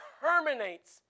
terminates